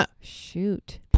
Shoot